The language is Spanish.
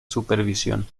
supervisión